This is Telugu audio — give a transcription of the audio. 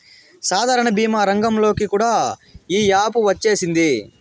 సాధారణ భీమా రంగంలోకి కూడా ఈ యాపు వచ్చేసింది